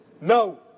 No